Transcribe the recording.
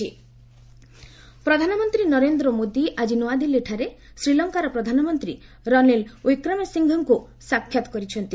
Sri Lanka PM ପ୍ରଧାନମନ୍ତ୍ରୀ ନରେନ୍ଦ୍ର ମୋଦି ଆଜି ନୂଆଦିଲ୍ଲୀଠାରେ ଶ୍ରୀଲଙ୍କାର ପ୍ରଧାନମନ୍ତ୍ରୀ ରନିଲ୍ ବିକ୍ରମାସିଂହେଙ୍କୁ ସାକ୍ଷାତ୍ କରିଛନ୍ତି